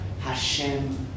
Hashem